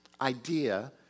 idea